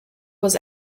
was